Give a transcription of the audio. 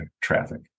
traffic